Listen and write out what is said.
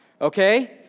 Okay